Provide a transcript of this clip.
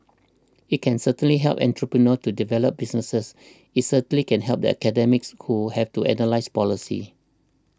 it can certainly help entrepreneurs to develop businesses it certainly can help the academics who have to analyse policy